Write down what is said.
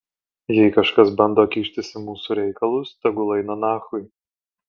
jei kažkas bando kištis į mūsų reikalus tegul eina nachui